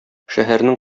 шәһәрнең